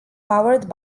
powered